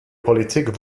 politik